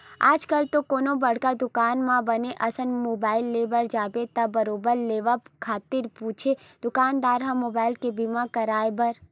आजकल तो कोनो बड़का दुकान म बने असन मुबाइल ले बर जाबे त बरोबर लेवत खानी पूछथे दुकानदार ह मुबाइल के बीमा कराय बर